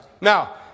Now